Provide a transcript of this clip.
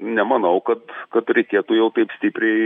nemanau kad kad reikėtų jau taip stipriai